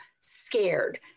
scared